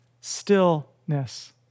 stillness